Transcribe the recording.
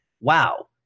wow